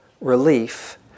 relief